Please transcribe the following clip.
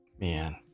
man